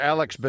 Alex